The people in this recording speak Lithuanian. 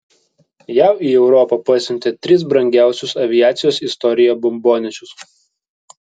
jav į europą pasiuntė tris brangiausius aviacijos istorijoje bombonešius